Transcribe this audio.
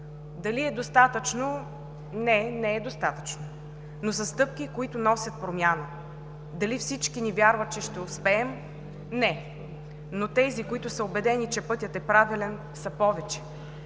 Дали е достатъчно? Не, не е достатъчно, но са стъпки, които носят промяна. Дали всички ни вярват, че ще успеем? Не, но тези, които са убедени, че пътят е правилен, са повече.